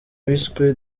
wiswe